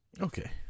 Okay